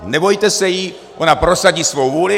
Nebojte se jí, ona prosadí svou vůli.